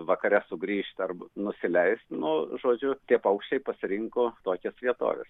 vakare sugrįžt ar nusileist nu žodžiu tie paukščiai pasirinko tokias vietoves